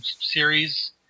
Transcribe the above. series